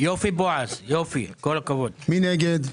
מי נגד?